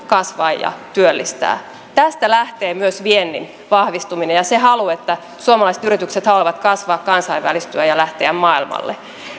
kasvaa ja työllistää tästä lähtee myös viennin vahvistuminen ja se halu että suomalaiset yritykset haluavat kasvaa kansainvälistyä ja lähteä maailmalle